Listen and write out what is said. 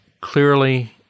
clearly